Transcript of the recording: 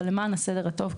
למען הסדר הטוב,